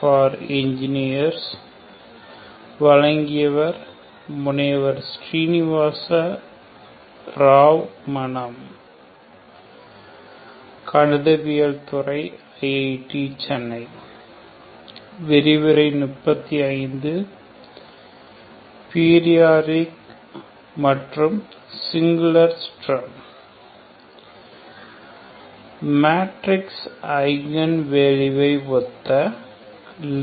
periodic மற்றும் singular Sturm matrix eigen வேல்யூவை ஒத்த